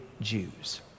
Jews